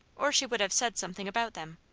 or she would have said something about them.